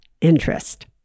interest